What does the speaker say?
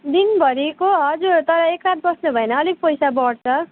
दिनभरिको हजुर तर एक रात बस्नुभयो भने अलिक पैसा बढ्छ